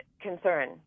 concern